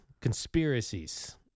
Conspiracies